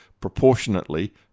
proportionately